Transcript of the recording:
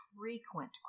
frequent